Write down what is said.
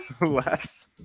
less